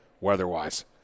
weather-wise